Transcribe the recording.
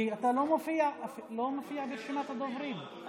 אתה לא מופיע ברשימת הדוברים,